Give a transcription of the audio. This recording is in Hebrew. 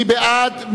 מי בעד,